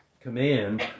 command